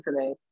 today